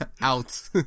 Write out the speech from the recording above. Out